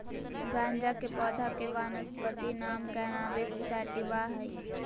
गाँजा के पौधा के वानस्पति नाम कैनाबिस सैटिवा हइ